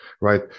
right